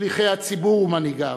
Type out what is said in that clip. שליחי הציבור ומנהיגיו,